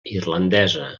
irlandesa